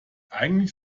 eigentlich